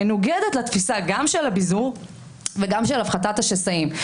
מנוגדת לתפיסה גם של הביזור וגם של הפחתת השסעים.